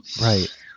Right